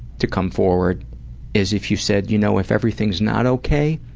to come forward is if you said, you know, if everything is not ok,